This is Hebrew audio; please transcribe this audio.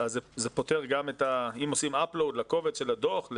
אם עושים up loadלקובץ של הדוח,